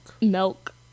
Milk